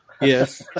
Yes